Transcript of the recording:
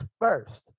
first